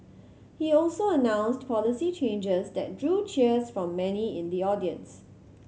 he also announced policy changes that drew cheers from many in the audience